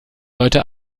leute